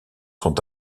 sont